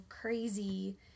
crazy